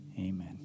Amen